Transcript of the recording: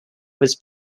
was